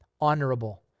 honorable